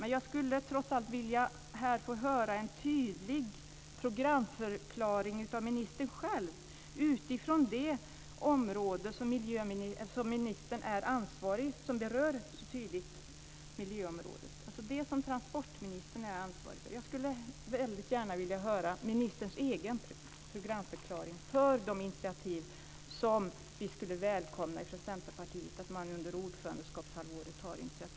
Men jag skulle, trots allt, vilja höra en tydlig programförklaring av ministern själv utifrån det område som transportministern är ansvarig för som så tydligt berör miljöområdet. Jag skulle väldigt gärna vilja höra ministerns egen programförklaring när det gäller de initiativ som vi från Centerpartiets sida skulle välkomna att man tar under ordförandeskapshalvåret.